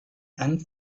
and